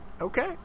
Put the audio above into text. Okay